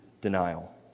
denial